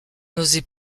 n’osait